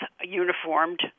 uniformed